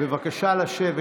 בבקשה לשבת.